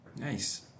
Nice